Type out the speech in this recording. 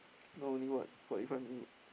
now only what forty five minute